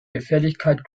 gefährlichkeit